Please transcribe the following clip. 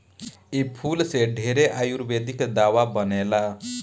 इ फूल से ढेरे आयुर्वेदिक दावा बनेला